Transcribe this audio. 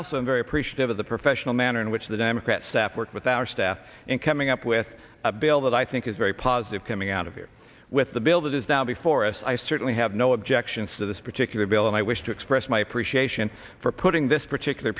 am very appreciative of the professional manner in which the democrat staff worked with our staff in coming up with a bill that i think is very positive coming out of here with the bill that is now before us i certainly have no objections to this particular bill and i wish to express my appreciation for putting this particular